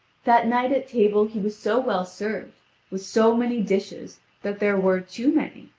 that night at table he was so well served with so many dishes that there were too many.